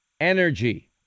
Energy